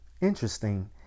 interesting